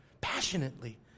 Passionately